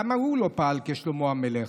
למה הוא לא פעל כשלמה המלך?